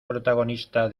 protagonista